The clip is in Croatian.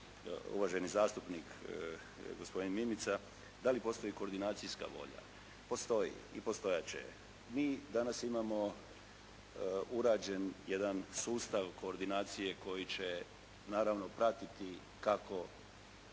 Uvaženi zastupnik gospodin Mimica, da li postoji koordinacijska volja. Postoji i postojat će. Mi danas imamo urađen jedan sustav koordinacije koji će naravno pratiti kako